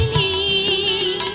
e